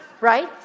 Right